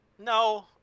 No